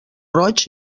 roig